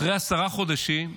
אחרי עשרה חודשים,